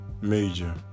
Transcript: Major